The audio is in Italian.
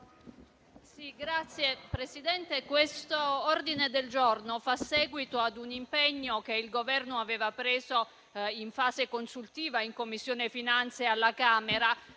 Signor Presidente, questo ordine del giorno fa seguito ad un impegno che il Governo aveva assunto, in fase consultiva in Commissione finanze alla Camera,